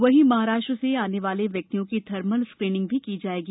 वहींमहाराष्ट्र से आने वाले व्यक्तियों की थर्मल स्केनिंग की जायेगी